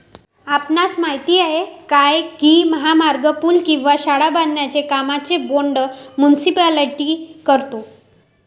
आपणास माहित आहे काय की महामार्ग, पूल किंवा शाळा बांधण्याच्या कामांचे बोंड मुनीसिपालिटी करतो?